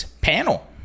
panel